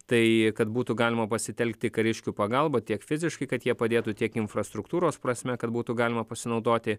tai kad būtų galima pasitelkti kariškių pagalbą tiek fiziškai kad jie padėtų tiek infrastruktūros prasme kad būtų galima pasinaudoti